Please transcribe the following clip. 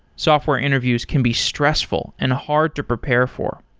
software interviews can be stressful and hard to prepare for.